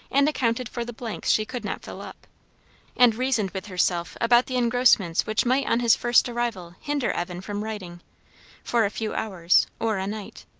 and accounted for the blanks she could not fill up and reasoned with herself about the engrossments which might on his first arrival hinder evan from writing for a few hours, or a night.